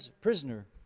prisoner